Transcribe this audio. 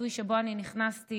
בעיתוי שבו אני נכנסתי,